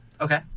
Okay